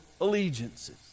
allegiances